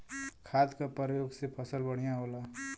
खाद क परयोग से फसल बढ़िया होला